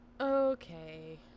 Okay